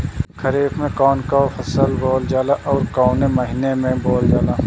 खरिफ में कौन कौं फसल बोवल जाला अउर काउने महीने में बोवेल जाला?